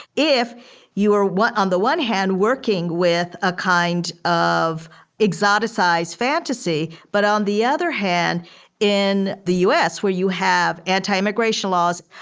if you are what on the one hand working with a kind of exotic sized fantasy, but on the other hand in the us where you have anti-immigration laws,